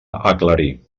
aclarir